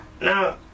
no